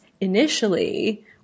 initially